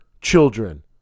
children